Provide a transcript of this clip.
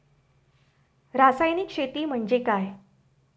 रासायनिक शेती म्हणजे काय?